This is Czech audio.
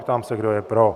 Ptám se, kdo je pro?